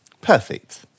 Perfect